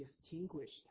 distinguished